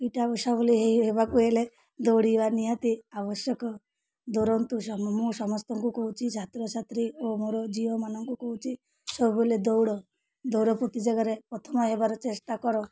P T Usha ଭଳି ହେଇ ହେବାକୁ ହେଲେ ଦୌଡ଼ିବା ନିହାତି ଆବଶ୍ୟକ ଧରନ୍ତୁ ମୁଁ ସମସ୍ତଙ୍କୁ କହୁଛି ଛାତ୍ରଛାତ୍ରୀ ଓ ମୋର ଝିଅମାନଙ୍କୁ କହୁଛି ସବୁବେଳେ ଦୌଡ଼ ଦୌଡ଼ ପ୍ରତିଯୋଗିତାରେ ପ୍ରଥମ ହେବାର ଚେଷ୍ଟା କର